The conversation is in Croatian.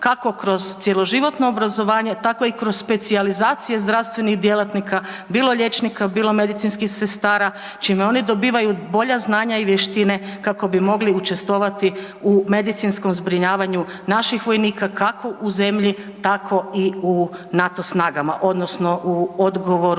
kako kroz cjeloživotno obrazovanje tako i kroz specijalizacije zdravstvenih djelatnika, bilo liječnika, bilo medicinskih sestara čime oni dobivaju bolja znanja i vještine kako bi mogli učestvovati u medicinskom zbrinjavanju naših vojnika kako u zemlji tako i u NATO snagama odnosno u odgovoru